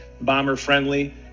bomber-friendly